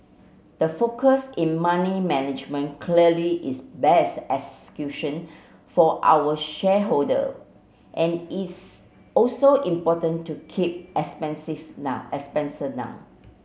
the focus in money management clearly is best execution for our shareholder and it's also important to keep expenses now expenses down